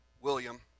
William